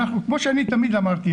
כמו שתמיד אמרתי,